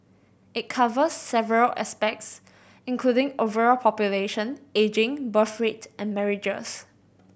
it covers several aspects including overall population ageing birth rate and marriages